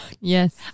Yes